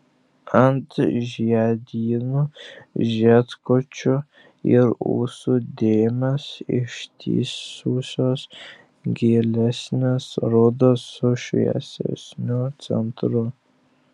ant žiedynų žiedkočių ir ūsų dėmės ištįsusios gilesnės rudos su šviesesniu centru